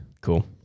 Cool